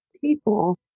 people